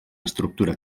estructura